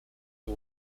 who